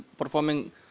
performing